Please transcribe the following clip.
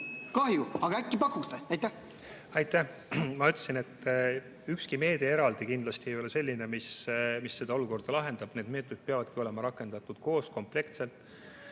Kahju. Aga äkki pakute? Aitäh! Nagu ma ütlesin, ükski meede eraldi kindlasti ei ole selline, mis seda olukorda lahendab. Need meetmed peavadki olema rakendatud koos, kompleksselt,